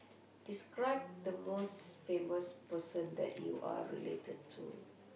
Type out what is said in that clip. describe the most famous person that you are related to